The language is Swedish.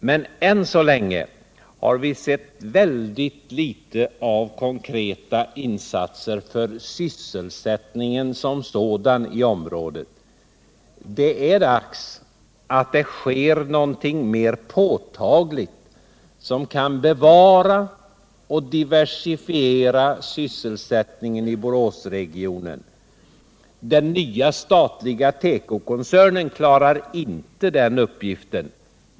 Men än så länge har vi sett väldigt litet av konkreta insatser för sysselsättningen som sådan i området. Det är dags att det sker någonting mer påtagligt, som kan bevara och diversifiera sysselsättningen i Boråsregionen. Den nya statliga tekokoncernen klarar inte den uppgiften.